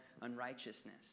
unrighteousness